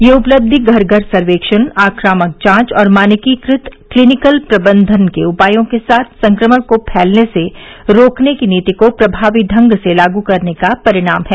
यह उपलब्धि घर घर सर्वेक्षण आक्रामक जांच और मानकीकृत क्लीनिकल प्रबंधन उपायों के साथ संक्रमण को फैलने से रोकने की नीति को प्रभावी ढंग से लागू करने का परिणाम है